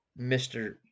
Mr